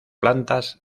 plantas